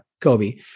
Kobe